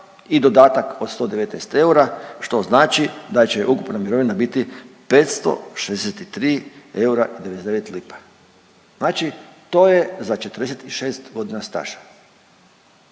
i dodatak od 119 eura, što znači da će joj ukupna mirovna biti 563 eura i 99 lipa, znači to je za 46.g. staža